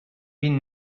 been